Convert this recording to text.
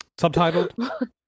Subtitled